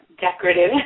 decorative